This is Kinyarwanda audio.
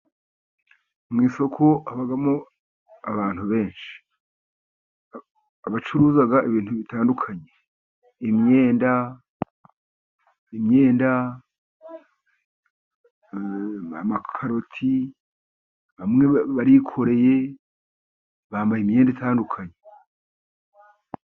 Mu isoko habamo abantu benshi. Abacuruza ibintu bitandukanye imyenda, imyenda amakaroti, bamwe barikoreye bambaye imyenda itandukanye.